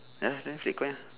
ya lah then flip coin lah